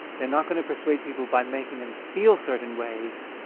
they're not going to persuade people by making them feel certain ways,